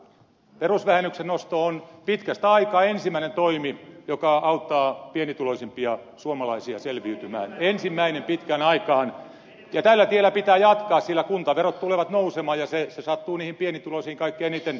perusvähennyksen nosto on pitkästä aikaa ensimmäinen toimi joka auttaa pienituloisimpia suomalaisia selviytymään ensimmäinen pitkään aikaan ja tällä tiellä pitää jatkaa sillä kuntaverot tulevat nousemaan ja se sattuu niihin pienituloisiin kaikkein eniten